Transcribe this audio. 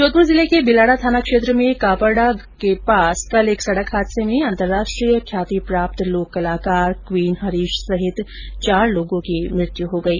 जोधपुर जिले के बिलाड़ा थाना क्षेत्र में कापरडा के पास कल एक सड़क हादसे में अंतर्राष्ट्रीय ख्यातिप्राप्त लोककलाकार क्वीन हरीश सहित चार लोगों की मृत्यू हो गई